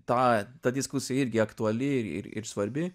ta ta diskusija irgi aktuali ir ir svarbi